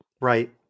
Right